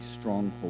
stronghold